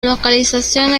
localización